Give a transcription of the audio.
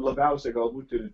labiausiai galbūt